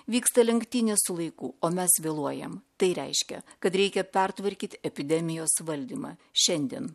vyksta lenktynės su laiku o mes vėluojam tai reiškia kad reikia pertvarkyt epidemijos valdymą šiandien